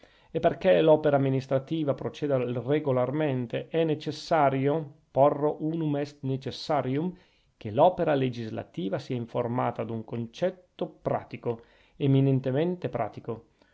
e perchè l'opera amministrativa proceda regolarmente è necessario porro unum est necessarium che l'opera legislativa sia informata ad un concetto pratico eminentemente pratico